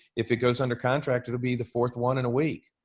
if it goes under contract, it'll be the fourth one in a week.